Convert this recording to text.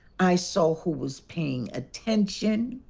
i saw who was paying attention.